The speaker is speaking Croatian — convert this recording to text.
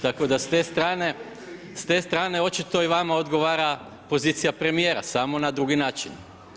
Tako da s te strane očito i vama odgovara pozicija premijera, samo na drugi način.